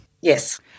Yes